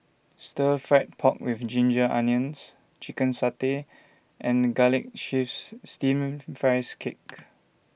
Stir Fried Pork with Ginger Onions Chicken Satay and Garlic Chives Steamed Rice Cake